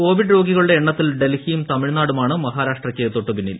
Covid രോഗികളുടെ എണ്ണത്തിൽ ഡൽഹിയും തമിഴ്നാടുമാണ് മഹാരാഷ്ട്രയ്ക്കു തൊട്ടുപിന്നിൽ